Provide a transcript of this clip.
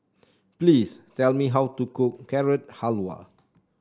please tell me how to cook Carrot Halwa